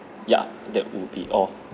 ya that will be all